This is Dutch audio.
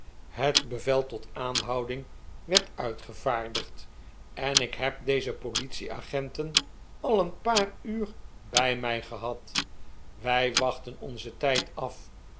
het bevel tot aanhouding werd uitgevaardigd en ik heb deze politieagenten al een paar uur bij mij gehad wij wachtten onzen tijd af